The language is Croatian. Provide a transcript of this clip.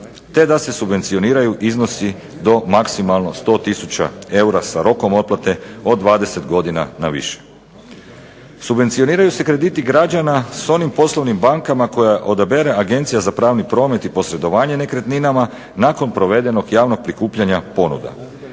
te da se subvencioniraju iznosi do maksimalno 100 tisuća eura sa rokom otplate od 20 godina naviše. Subvencioniraju se krediti građana s onim poslovnim bankama koje odabere Agencija za pravni promet i posredovanje nekretninama, nakon provedenog javnog prikupljanja ponuda.